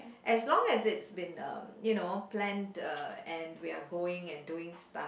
as long as it's been um you know planned uh and we are going and doing stuff